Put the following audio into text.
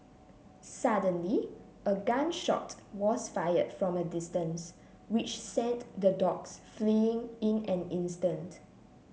suddenly a gun shot was fired from a distance which sent the dogs fleeing in an instant